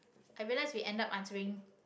i realise we end up answering